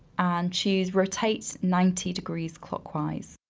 and choose rotate ninety degrees clockwise.